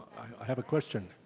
i have a question.